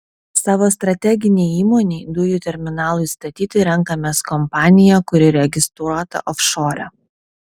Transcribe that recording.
savo strateginei įmonei dujų terminalui statyti renkamės kompaniją kuri registruota ofšore